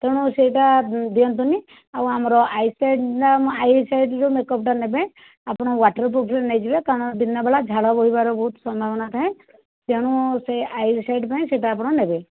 ତେଣୁ ସେଇଟା ଦିଅନ୍ତୁନି ଆଉ ଆମର ଆଇସେଡ଼୍ର ଆଇସେଡ଼୍ରେ ମେକଅପ୍ଟା ନେବେ ଆପଣ ୱାଟର୍ ପ୍ରୁଫରେ ନେଇଯିବେ କାରଣ ଦିନବେଳା ଝାଳ ବୋହିବାର ବହୁତ ସମ୍ଭାବନା ଥାଏ ତେଣୁ ସେ ଆଇସେଡ଼୍ ପାଇଁ ସେଇଟା ଆପଣ ନେବେ